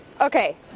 okay